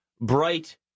bright